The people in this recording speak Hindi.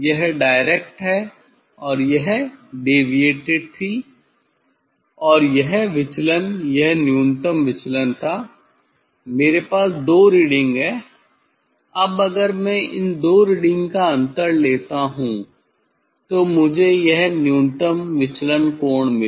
यह डायरेक्ट है और यह डेविएटेड थी और यह विचलन यह न्यूनतम विचलन था मेरे पास दो रीडिंग हैं अब अगर मैं इन 2 रीडिंग का अंतर लेता हूं तो मुझे यह न्यूनतम विचलन कोण मिलेगा